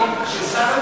ושר התחבורה,